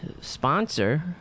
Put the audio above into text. sponsor